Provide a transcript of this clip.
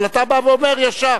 אבל אתה בא ואומר ישר,